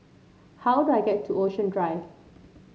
how do I get to Ocean Drive